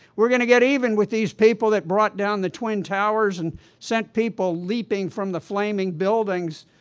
we're going to get even with these people that brought down the twin towers, and sent people leaping from the flaming buildings,